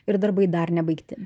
ir darbai dar nebaigti